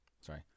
Sorry